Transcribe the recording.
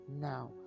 now